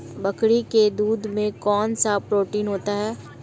बकरी के दूध में कौनसा प्रोटीन होता है?